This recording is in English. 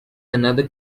another